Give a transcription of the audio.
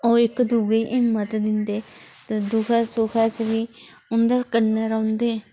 ओह् इक दुए गी हिम्मत दिंदे ते दुखै सुखै च बी उं'दे कन्नै रौंहदे